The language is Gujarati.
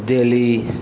દિલ્હી